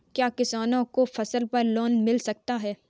क्या किसानों को फसल पर लोन मिल सकता है?